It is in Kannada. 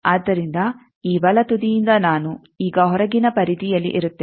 ಆದ್ದರಿಂದ ಈ ಬಲ ತುದಿಯಿಂದ ನಾನು ಈಗ ಹೊರಗಿನ ಪರಿಧಿಯಲ್ಲಿ ಇರುತ್ತೇನೆ